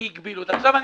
כי הגבילו אותה.